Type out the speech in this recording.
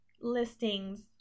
listings